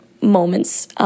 moments